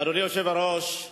אדוני היושב-ראש,